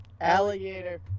Alligator